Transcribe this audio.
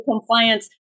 compliance